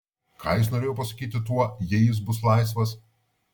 ką jis norėjo pasakyti tuo jei jis bus laisvas